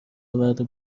آورده